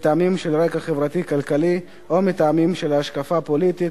מטעמים של רקע חברתי-כלכלי או מטעמים של השקפה פוליטית,